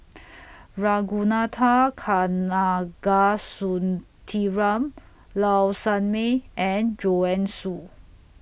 Ragunathar Kanagasuntheram Low Sanmay and Joanne Soo